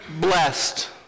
blessed